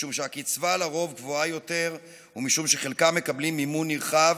משום שהקצבה לרוב גבוהה יותר ומשום שחלקם מקבלים מימון נרחב